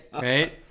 Right